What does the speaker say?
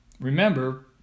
remember